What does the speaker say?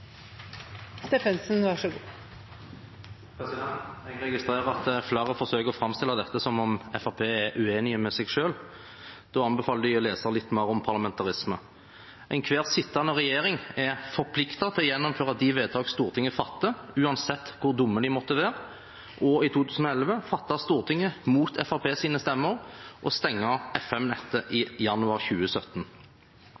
er uenig med seg selv. Da anbefaler jeg dem å lese litt mer om parlamentarisme. Enhver sittende regjering er forpliktet til å gjennomføre de vedtak Stortinget fatter, uansett hvor dumme de måtte være. I 2011 fattet Stortinget – mot Fremskrittspartiets stemmer – å stenge FM-nettet i